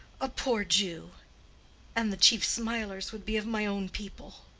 a poor jew and the chief smilers would be of my own people.